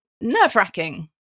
nerve-wracking